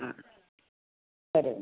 ആ വരും